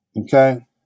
okay